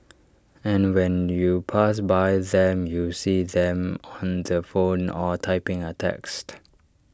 and when you pass by them you see them on the phone or typing A text